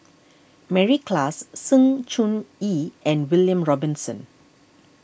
Mary Klass Sng Choon Yee and William Robinson